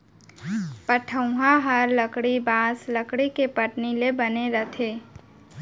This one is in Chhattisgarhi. पटउहॉं हर लकड़ी, बॉंस, लकड़ी के पटनी ले बने रथे